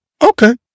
Okay